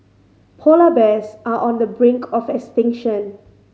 polar bears are on the brink of extinction